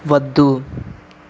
వద్దు